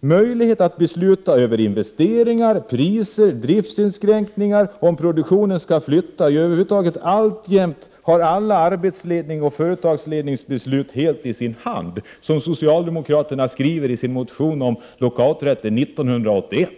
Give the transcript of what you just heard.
möjlighet att besluta över investeringar, priser, driftsinskränkningar, flyttning av produktionen, ja, över huvud taget alla arbetsledningsoch företagsledningsbeslut? Därom skrev ju socialdemokraterna i sin motion om lockouträtten 1981.